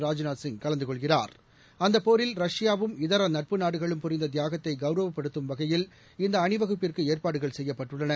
ராஜ்நாத் சிங் கலந்து கலந்து கொள்கிறார் அந்தப் போரில் ரஷ்யாவும் இதர நட்பு நாடுகளும் புரிந்த தியாகத்தை கௌரவப்படுத்தும் வகையில் இந்த அணிவகுப்பிற்கு ஏற்பாடுகள் செய்யப்பட்டுள்ளன